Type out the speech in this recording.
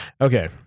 Okay